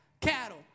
Cattle